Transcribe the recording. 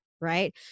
Right